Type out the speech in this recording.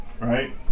right